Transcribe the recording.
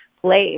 place